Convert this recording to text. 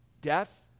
death